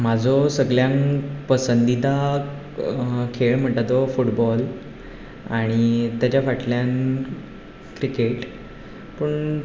म्हाजो सगळ्यांत पसंदिता खेळ म्हणटात तो फुटबॉल आणी तेच्या फाटल्यान क्रिकेट पूण